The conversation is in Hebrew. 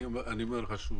יעקב, אני אומר לך שוב.